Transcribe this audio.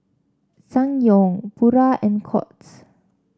Ssangyong Pura and Courts